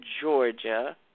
Georgia